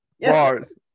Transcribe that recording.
Bars